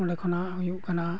ᱚᱸᱰᱮ ᱠᱷᱚᱱᱟᱜ ᱦᱩᱭᱩᱜ ᱠᱟᱱᱟ